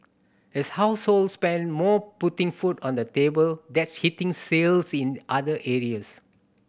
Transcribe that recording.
as households spend more putting food on the table that's hitting sales in other areas